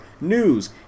news